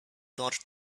dodged